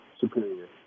superior